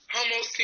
Homos